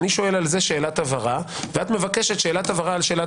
אני שואל על זה שאלת הבהרה ואת מבקשת שאלת הבהרה על שאלת